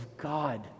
God